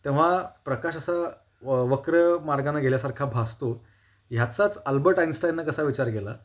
तेव्हा प्रकाश असा व वक्र मार्गाने गेल्यासारखा भासतो ह्याचाच अल्बर्ट आइन्स्टाइननं कसा विचार केला